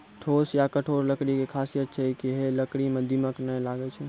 ठोस या कठोर लकड़ी के खासियत छै कि है लकड़ी मॅ दीमक नाय लागैय छै